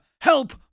Help